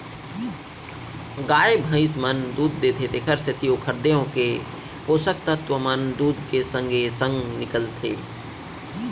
गाय भइंस मन दूद देथे तेकरे सेती ओकर देंव के पोसक तत्व मन दूद के संगे संग निकलथें